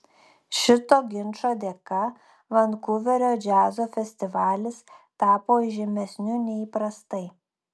šito ginčo dėka vankuverio džiazo festivalis tapo įžymesniu nei įprastai